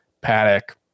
Paddock